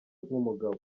nk’umugabo